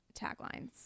taglines